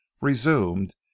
resumed